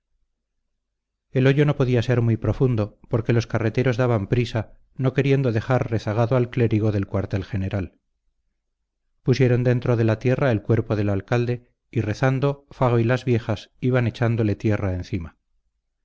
el hoyo no podía ser muy profundo porque los carreteros daban prisa no queriendo dejar rezagado al clérigo del cuartel real pusieron dentro de la tierra el cuerpo del alcalde y rezando fago y las viejas iban echándole tierra encima